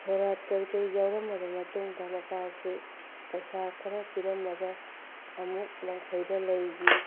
ꯁꯣꯔꯥꯠ ꯀꯔꯤ ꯀꯔꯤ ꯌꯥꯎꯔꯝꯃꯕ ꯃꯇꯨꯡꯗ ꯃꯄꯥꯁꯦ ꯄꯩꯁꯥ ꯈꯔ ꯄꯤꯔꯝꯃꯒ ꯑꯃꯨꯛ ꯂꯪꯐꯩꯗ ꯂꯩꯈꯤ